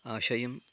आशयं